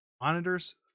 monitors